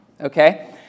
okay